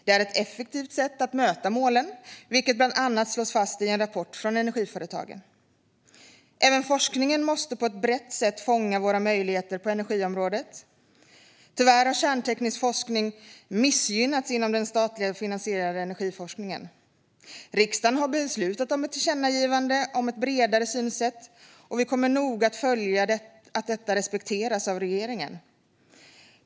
Det är ett effektivt sätt att möta målen, vilket bland annat slås fast i en rapport från Energiföretagen. Även forskningen måste på ett brett sätt fånga våra möjligheter på energiområdet. Tyvärr har kärnteknisk forskning missgynnats inom den statligt finansierade energiforskningen. Riksdagen har beslutat om ett tillkännagivande om ett bredare synsätt, och vi kommer noga att följa att detta respekteras av regeringen.